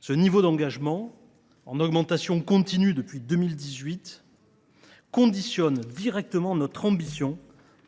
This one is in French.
Ce niveau d’engagement, en augmentation continue depuis 2018, conditionne notre ambition